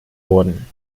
wurden